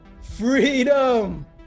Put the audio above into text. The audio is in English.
Freedom